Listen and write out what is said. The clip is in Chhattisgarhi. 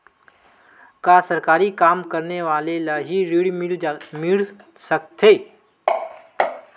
का सरकारी काम करने वाले ल हि ऋण मिल सकथे?